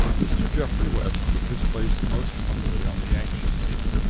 mr. geoffrey west took his place most humbly on the anxious seat.